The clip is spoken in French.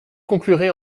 conclurai